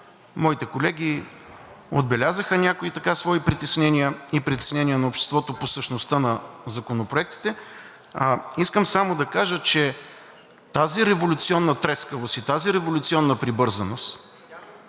Моите колеги отбелязаха някои свои притеснения и притеснения на обществото по същността на законопроектите. Искам само да кажа, че тази революционна трескавост и тази революционна прибързаност,